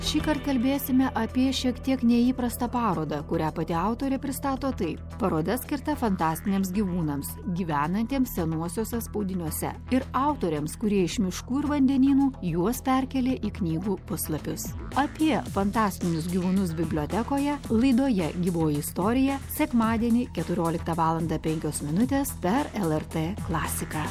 šįkart kalbėsime apie šiek tiek neįprastą parodą kurią pati autorė pristato tai paroda skirta fantastiniams gyvūnams gyvenantiems senuosiuose spaudiniuose ir autoriams kurie iš miškų ir vandenynų juos perkėlė į knygų puslapius apie fantastinius gyvūnus bibliotekoje laidoje gyvoji istorija sekmadienį keturioliktą valandą penkios minutės per lrt klasiką